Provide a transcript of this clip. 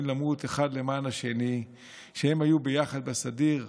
למות אחד למען השני כשהם היו ביחד בסדיר.